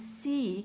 see